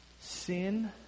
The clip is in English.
Sin